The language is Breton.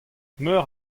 meur